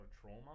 trauma